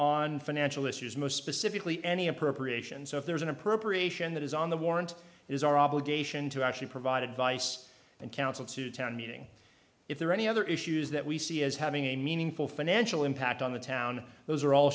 on financial issues most specifically any appropriations if there is an appropriation that is on the warrant is our obligation to actually provide advice and counsel to town meeting if there are any other issues that we see as having a meaningful financial impact on the town those are al